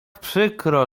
przykro